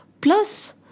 Plus